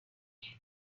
ifite